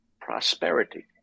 prosperity